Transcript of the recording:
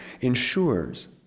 ensures